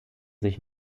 sich